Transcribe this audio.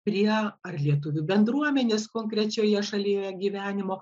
prie ar lietuvių bendruomenės konkrečioje šalyje gyvenimo